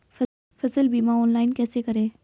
फसल बीमा ऑनलाइन कैसे करें?